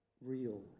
real